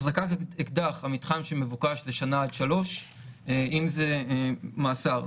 החזקת אקדח המתחם שמבוקש הוא שנה עד שלוש שנות מאסר,